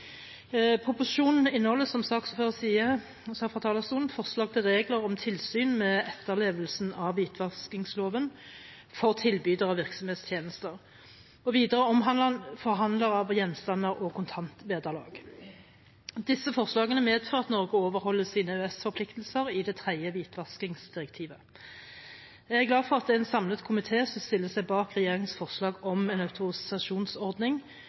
som saksordføreren sa fra talerstolen, forslag til regler om tilsyn med etterlevelsen av hvitvaskingsloven for tilbydere av virksomhetstjenester, og videre omhandler den forhandlere av gjenstander og kontantvederlag. Disse forslagene medfører at Norge overholder sine EØS-forpliktelser i det tredje hvitvaskingsdirektivet. Jeg er glad for at det er en samlet komité som stiller seg bak regjeringens forslag